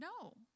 no